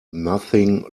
nothing